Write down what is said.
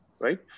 right